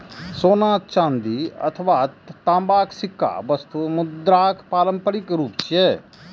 सोना, चांदी अथवा तांबाक सिक्का वस्तु मुद्राक पारंपरिक रूप छियै